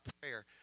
prayer